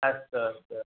अस्तु अस्तु